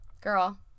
girl